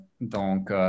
Donc